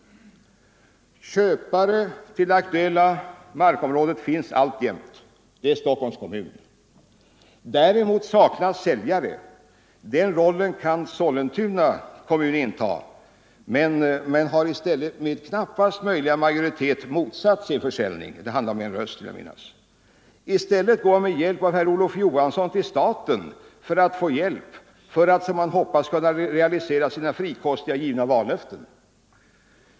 Köpare till det aktuella markområdet finns alltjämt. Det är Stockholms kommun. Däremot saknas säljare. Den rollen kan Sollentuna kommun spela. Men man har i stället med knappast möjliga majoritet — jag vill minnas att det bara rörde sig om en röst — motsatt sig försäljning. I stället går man med bistånd av herr Olof Johansson i Stockholm till staten för att få hjälp att — som man hoppas — kunna realisera sina frikostigt givna vallöften.